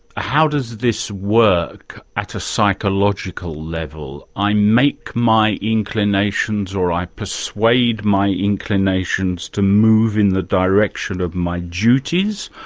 how does this work at a psychological level? i make my inclinations or i persuade my inclinations to move in the direction of my duties,